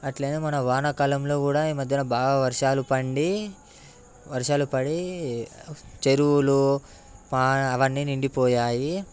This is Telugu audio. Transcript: అలానే మన వాన కాలంలో కూడా ఈ మధ్యన బాగా వర్షాలు పండి పడి వర్షాలు పడి చెరువులు అవన్నీ నిండిపోయాయి